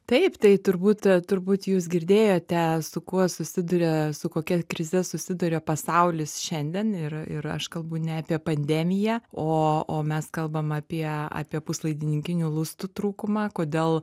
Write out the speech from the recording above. taip tai turbūt turbūt jūs girdėjote su kuo susiduria su kokia krize susiduria pasaulis šiandien ir ir aš kalbu ne apie pandemiją o o mes kalbame apie apie puslaidininkinių lustų trūkumą kodėl